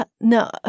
No